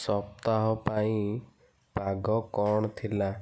ସପ୍ତାହ ପାଇଁ ପାଗ କଣ ଥିଲା